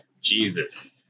Jesus